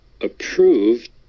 approved